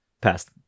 past